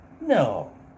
No